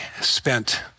spent